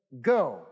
Go